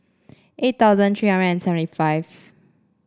eight thousand three hundred and seventy five